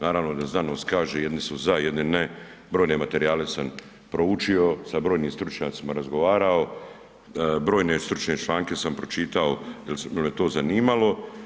Naravno da znanost kaže jedni su za, jedni ne, brojne materijale sam proučio, sa brojnim stručnjacima razgovarao, brojne stručne članke sam pročitao jer me to zanimalo.